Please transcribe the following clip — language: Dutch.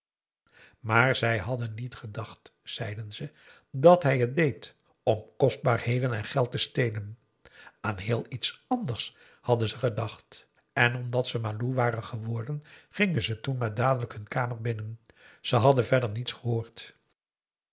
maar zij hadden niet gedacht zeiden ze dat hij het deed om kostbaarheden en geld te stelen aan heel iets anders hadden ze gedacht en omdat ze m a l o e waren geworden gingen ze toen maar dadelijk hun kamer binnen ze hadden verder niets gehoord